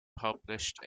published